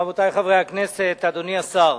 רבותי חברי הכנסת, אדוני השר,